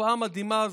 לתופעה המדהימה הזו,